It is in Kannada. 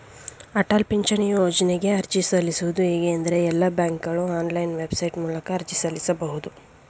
ಅಟಲ ಪಿಂಚಣಿ ಯೋಜ್ನಗೆ ಅರ್ಜಿ ಸಲ್ಲಿಸುವುದು ಹೇಗೆ ಎಂದ್ರೇ ಎಲ್ಲಾ ಬ್ಯಾಂಕ್ಗಳು ಆನ್ಲೈನ್ ವೆಬ್ಸೈಟ್ ಮೂಲಕ ಅರ್ಜಿ ಸಲ್ಲಿಸಬಹುದು